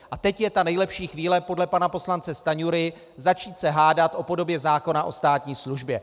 A teď je ta nejlepší chvíle podle pana poslance Stanjury začít se hádat o podobě zákona o státní službě.